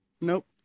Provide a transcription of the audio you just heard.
nope